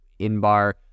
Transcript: Inbar